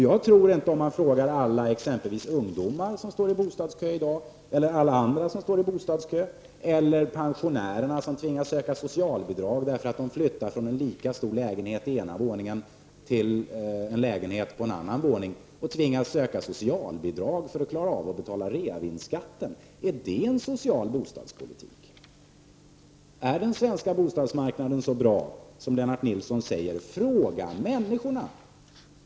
Jag tror inte att exempelvis de ungdomar som i dag står i bostadskö, eller alla andra som står i bostadskö, eller de pensionärer som tvingas söka socialbidrag för att klara av att betala reavinstskatten när de flyttar till en lika stor lägenhet på en annan våning tycker att det är en bra bostadspolitik. Är detta en social bostadspolitik? Är den svenska bostadsmarknaden så bra som Lennart Nilsson säger? Fråga människorna!